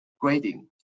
grading